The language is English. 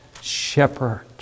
shepherd